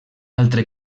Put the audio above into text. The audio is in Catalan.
altre